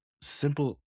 simple